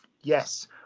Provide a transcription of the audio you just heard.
Yes